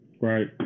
Right